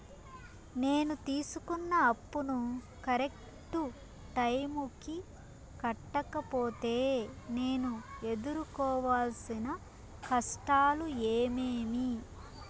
నేను తీసుకున్న అప్పును కరెక్టు టైముకి కట్టకపోతే నేను ఎదురుకోవాల్సిన కష్టాలు ఏమీమి?